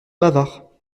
bavard